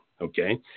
Okay